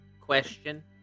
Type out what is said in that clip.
question